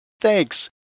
Thanks